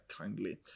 kindly